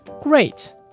great